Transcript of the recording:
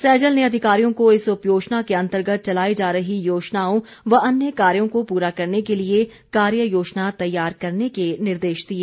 सैजल ने अधिकारियों को इस उपयोजना के अंतर्गत चलाई जा रही योजनाओं व अन्य कार्यों को पूरा करने के लिए कार्ययोजना तैयार करने के निर्देश दिए